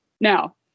Now